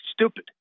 stupid